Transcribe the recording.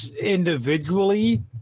individually